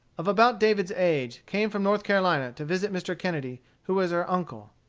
of about david's age, came from north carolina to visit mr. kennedy, who was her uncle.